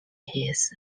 his